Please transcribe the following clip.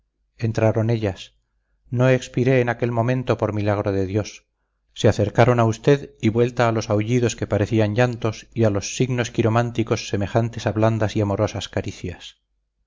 entraron ellas no expiré en aquel momento por milagro de dios se acercaron a usted y vuelta a los aullidos que parecían llantos y a los signos quirománticos semejantes a blandas y amorosas caricias